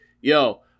yo